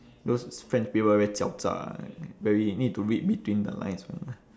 those french people very 狡诈 very need to read between the lines [one]